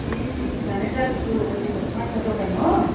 ए धने दाजुको उयो माछा दोकान हो